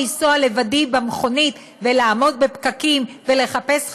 לנסוע לבדי במכונית ולעמוד בפקקים ולחפש חניה,